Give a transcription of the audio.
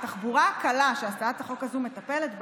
התחבורה הקלה שהצעת החוק הזו מטפלת בה,